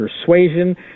persuasion